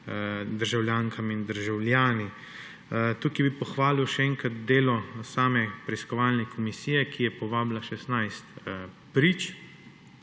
državljankami in državljani. Tukaj bi pohvalil še enkrat delo same preiskovalne komisije, ki je povabila 16 prič.